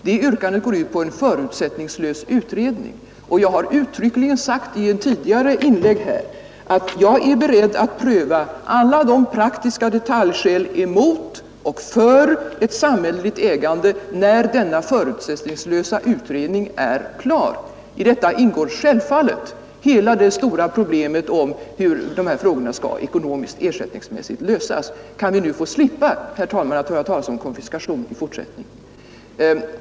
Det yrkandet går ut på en förutsättningslös utredning, och jag har uttryckligen sagt i ett tidigare inlägg att jag är beredd att pröva alla de praktiska detaljskäl emot och för ett samhälleligt ägande när denna förutsättningslösa utredning är klar. Däri ingår självfallet hela det stora problemet om hur de här frågorna skall lösas ekonomiskt och ersättningsmässigt. Kan vi nu få slippa, herr talman, att höra talas om konfiskation i fortsättningen?